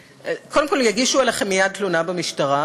קודם כול, יגישו עליכם מייד תלונה במשטרה,